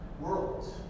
worlds